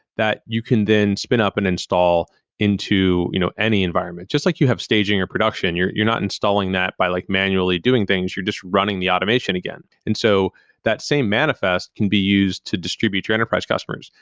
that you can then spin up and install into you know any environment. just like you have staging or production, you're not installing that by like manually doing things. you're just running the automation again. and so that same manifest can be used to distribute your enterprise customers.